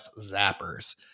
zappers